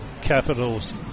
Capitals